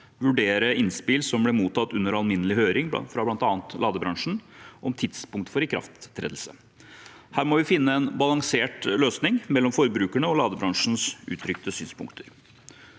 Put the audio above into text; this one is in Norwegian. vurdere innspill som ble mottatt under den alminnelige høringen fra bl.a. ladebransjen om tidspunkt for ikrafttredelse. Her må vi finne en balansert løsning mellom forbrukernes og ladebransjens uttrykte synspunkter.